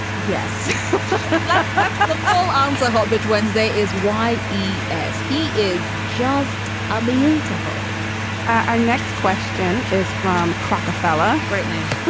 yes but the but full answer, harbage wednesday is y e as he is just a man to evil our next question is from krakoff fallah. great name.